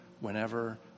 whenever